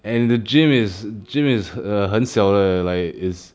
and the gym is gym is err 很小 leh like is